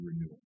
renewal